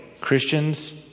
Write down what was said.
Christians